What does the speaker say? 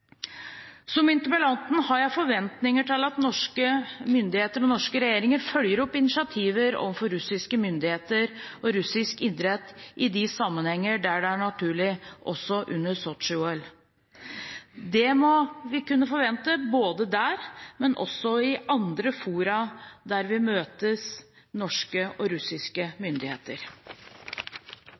Som interpellanten har jeg forventninger til at norske myndigheter, den norske regjeringen, følger opp initiativer overfor russiske myndigheter og russisk idrett i de sammenhenger der det er naturlig – også under Sotsji-OL. Det må vi kunne forvente både der og i andre fora der norske og russiske myndigheter